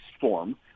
form